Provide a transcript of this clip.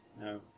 no